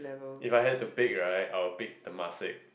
if I had to pick right I'll pick Temasek